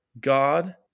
God